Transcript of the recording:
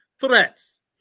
threats